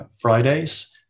Friday's